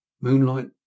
Moonlight